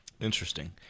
interesting